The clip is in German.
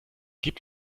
gib